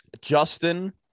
Justin